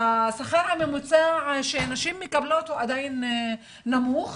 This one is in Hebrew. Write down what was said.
הממוצע שנשים מקבלות הוא עדיין נמוך,